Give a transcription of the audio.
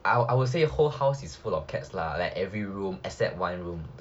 I would say whole house is full of cats lah like every room except one room